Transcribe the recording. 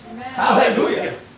Hallelujah